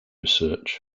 research